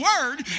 word